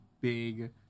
big